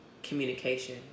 Communication